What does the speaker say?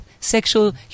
sexual